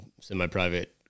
semi-private